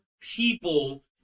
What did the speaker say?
people